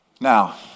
Now